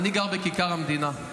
אני גר בכיכר המדינה.